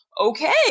okay